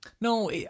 No